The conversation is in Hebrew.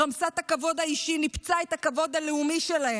לשירות הלאומי,